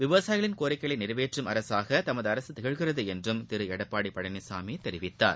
விவசாயிகளின் கோரிக்கைகளை நிறைவேற்றும் அரசாக தமது அரசு திகழ்கிறது என்றும் திரு எடப்பாடி பழனிசாமி தெரிவித்தார்